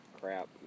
crap